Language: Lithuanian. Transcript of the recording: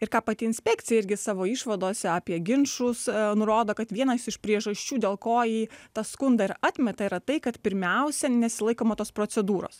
ir ką pati inspekcija irgi savo išvadose apie ginčus nurodo kad vienas iš priežasčių dėl ko ji tą skundą ir atmeta yra tai kad pirmiausia nesilaikoma tos procedūros